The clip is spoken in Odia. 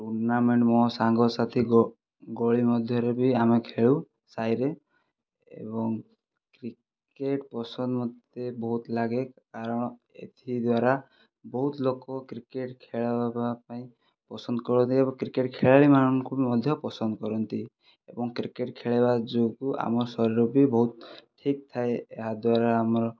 ଟୁର୍ନାମେଣ୍ଟ ମୋ ସାଙ୍ଗସାଥି ଗଳି ମଧ୍ୟରେ ବି ଆମେ ଖେଳୁ ସାହୀରେ ଏବଂ କ୍ରିକେଟ୍ ପସନ୍ଦ ମୋତେ ବହୁତ ଲାଗେ କାରଣ ଏଥିଦ୍ୱାରା ବହୁତ ଲୋକ କ୍ରିକେଟ୍ ଖେଳ ହେବା ପାଇଁ ପସନ୍ଦ କରନ୍ତି ଏବଂ କ୍ରିକେଟ୍ ଖେଳାଳୀମାନଙ୍କୁ ମଧ୍ୟ ପସନ୍ଦ କରନ୍ତି ଏବଂ କ୍ରିକେଟ୍ ଖେଳିବା ଯୋଗୁଁ ଆମ ଶରୀର ବି ବହୁତ ଠିକ ଥାଏ ଏହାଦ୍ୱାରା ଆମର